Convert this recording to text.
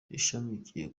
ishamikiye